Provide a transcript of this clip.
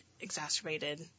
exacerbated